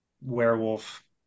Werewolf